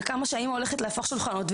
האימא הולכת להפוך שולחנות,